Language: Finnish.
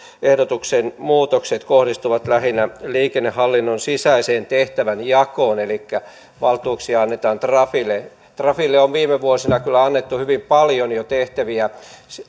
ehdotuksen muutokset kohdistuvat lähinnä liikennehallinnon sisäiseen tehtävänjakoon elikkä valtuuksia annetaan trafille trafille on viime vuosina kyllä annettu hyvin paljon jo tehtäviä